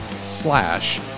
slash